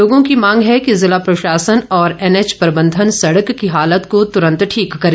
लोगों की मांग है कि जिला प्रशासन और एनएच प्रबंधन सड़क की हालत को तुरंत ठीक करे